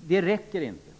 Det räcker inte.